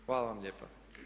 Hvala vam lijepa.